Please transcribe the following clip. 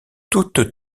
toutes